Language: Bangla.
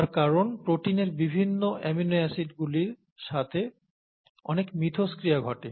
তার কারণ প্রোটিনের বিভিন্ন অ্যামিনো অ্যাসিডগুলির সাথে অনেক মিথস্ক্রিয়া ঘটে